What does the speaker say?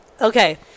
okay